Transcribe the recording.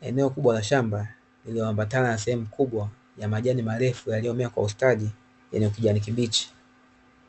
Eneo kubwa la shamba iliyoambatana na sehemu kubwa ya majani marefu yaliomea kwa ustadi yenye kijani kibichi,